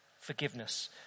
forgiveness